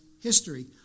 history